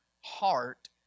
heart